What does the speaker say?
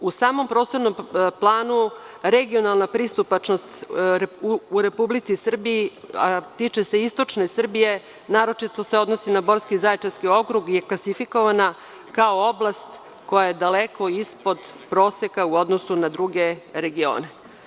U samom prostornom planu regionalna pristupačnost u RS, a tiče se istočne Srbije, naročito se odnosi na Borski i Zaječarski okrug, je klasifikovana kao oblast koja je daleko ispod proseka u odnosu na druge regione.